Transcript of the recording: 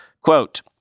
Quote